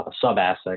sub-asset